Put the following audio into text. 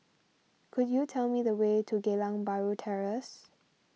could you tell me the way to Geylang Bahru Terrace